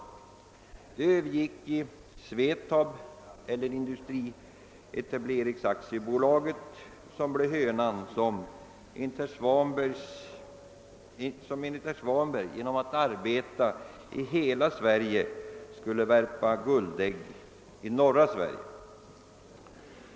Delegationen övergick i Svenska industrietableringsaktiebolaget eller SVETAB, som blev hönan som — enligt herr Svanberg — genom att arbeta i hela Sverige skulle värpa guldägg i norra Sverige.